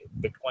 Bitcoin